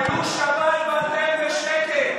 חיללו שבת ואתם בשקט.